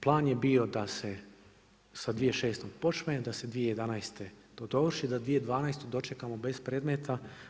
Plan je bio da se sa 2006. počne, da se 2011. to dovrši, da 2012. dočekamo bez predmeta.